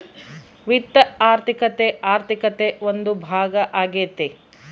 ವಿತ್ತ ಆರ್ಥಿಕತೆ ಆರ್ಥಿಕತೆ ಒಂದು ಭಾಗ ಆಗ್ಯತೆ